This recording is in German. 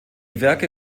werke